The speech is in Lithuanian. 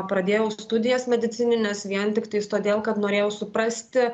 pradėjau studijas medicinines vien tiktais todėl kad norėjau suprasti